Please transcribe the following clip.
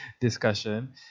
discussion